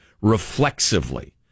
Reflexively